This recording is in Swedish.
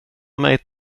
mig